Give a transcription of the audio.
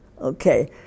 okay